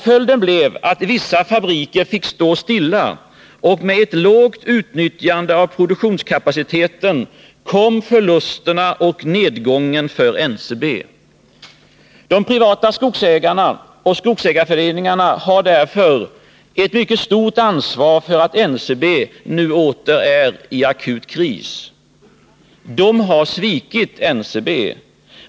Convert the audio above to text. Följden blev att vissa fabriker fick stå stilla, och med ett lågt utnyttjande av produktionskapaciteten kom förlusterna och nedgången för NCB. De privata skogsägarna och skogsägarföreningarna har därför ett mycket stort ansvar för att NCB nu åter är i akut kris. De har svikit NCB.